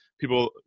people